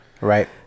Right